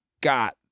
got